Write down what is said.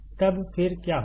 तब फिर क्या होगा